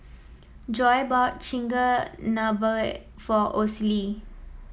Joi bought Chigenabe for Osie